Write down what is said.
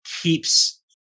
keeps